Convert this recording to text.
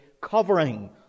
covering